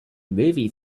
movie